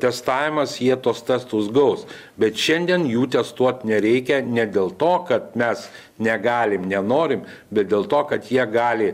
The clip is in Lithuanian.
testavimas jie tuos testus gaus bet šiandien jų testuot nereikia ne dėl to kad mes negalim nenorim bet dėl to kad jie gali